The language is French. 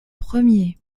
premier